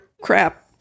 crap